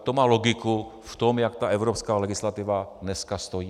To má logiku v tom, jak evropská legislativa dneska stojí.